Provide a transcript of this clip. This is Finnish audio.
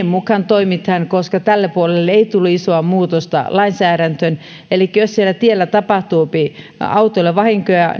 mukaan toimitaan koska tälle puolelle ei tullut isoa muutosta lainsäädäntöön elikkä jos siellä tiellä tapahtuu autolle vahinkoja